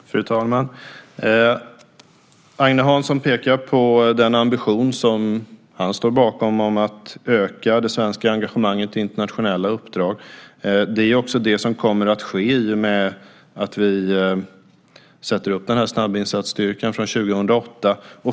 Fru talman! Agne Hansson pekar på den ambition som han står bakom om att öka det svenska engagemanget i internationella uppdrag. Det är också det som kommer att ske i och med att vi sätter upp snabbinsatsstyrkan 2008.